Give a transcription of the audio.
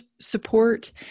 support